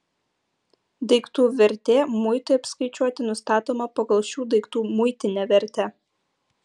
daiktų vertė muitui apskaičiuoti nustatoma pagal šių daiktų muitinę vertę